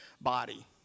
body